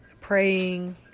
praying